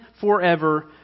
forever